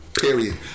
Period